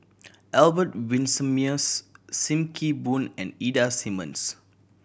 Albert Winsemius Sim Kee Boon and Ida Simmons